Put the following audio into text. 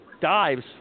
dives